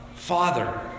Father